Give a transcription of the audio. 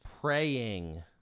Praying